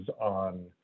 on